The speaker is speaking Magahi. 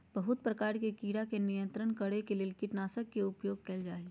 बहुत प्रकार के कीड़ा के नियंत्रित करे ले कीटनाशक के उपयोग कयल जा हइ